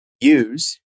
use